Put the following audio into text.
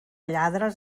lladres